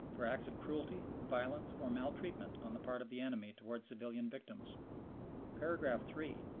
for acts of cruelty, violence, or maltreatment on the part of the enemy towards civilian victims paragraph three,